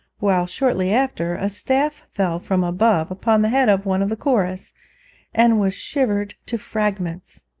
while, shortly after, a staff fell from above upon the head of one of the chorus and was shivered to fragments!